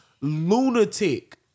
lunatic